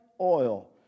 oil